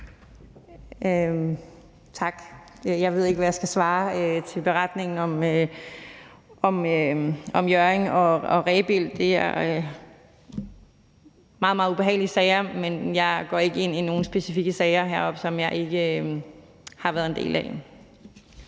Tak. Jeg ved ikke, hvad jeg skal svare til beretningen om Hjørring og Rebild. Det er meget, meget ubehagelige sager, men jeg går ikke ind i nogen specifikke sager heroppefra, som jeg ikke har været en del af.